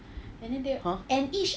!huh!